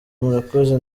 murakoze